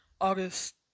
August